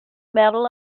medal